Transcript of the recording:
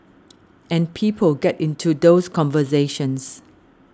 and people get into those conversations